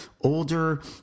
older